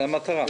זו המטרה.